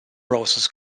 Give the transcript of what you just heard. roses